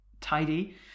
tidy